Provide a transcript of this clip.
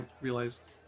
realized